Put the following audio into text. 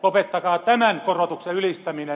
lopettakaa tämän korotuksen ylistäminen